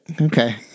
Okay